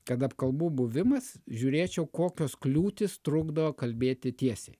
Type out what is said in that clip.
kad apkalbų buvimas žiūrėčiau kokios kliūtys trukdo kalbėti tiesiai